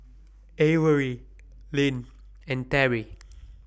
Averie Lynn and Terry